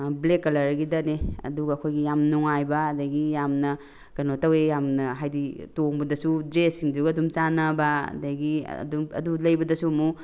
black ꯀꯂꯔꯒꯤꯗꯅꯦ ꯑꯗꯨꯒ ꯑꯩꯈꯣꯏꯒꯤ ꯌꯥꯝ ꯅꯨꯡꯉꯥꯏꯕ ꯑꯗꯒꯤ ꯌꯥꯝꯅ ꯀꯩꯅꯣ ꯇꯧꯋꯦ ꯌꯥꯝꯅ ꯍꯥꯏꯗꯤ ꯇꯣꯡꯕꯗꯁꯨ ꯗ꯭ꯔꯦꯁꯁꯤꯡꯗꯨꯒ ꯑꯗꯨꯝ ꯆꯥꯟꯅꯕ ꯑꯗꯒꯤ ꯑꯗꯨꯝ ꯑꯗꯨ ꯂꯩꯕꯗꯁꯨ ꯑꯃꯨꯛ